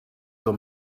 veel